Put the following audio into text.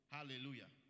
Hallelujah